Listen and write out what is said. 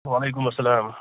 والیکُم السلام